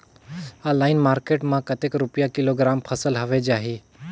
Online market मां कतेक रुपिया किलोग्राम फसल हवे जाही?